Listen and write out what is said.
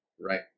right